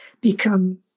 become